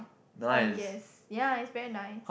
so I guess ya it's very nice